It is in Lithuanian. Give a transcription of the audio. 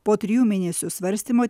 po trijų mėnesių svarstymo